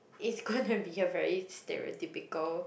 is gonna be a very stereotypical